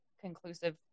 conclusive